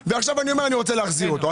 ועכשיו אתה רוצה להחזיר אותו.